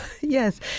Yes